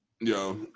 Yo